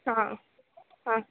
ಹಾಂ ಹಾಂ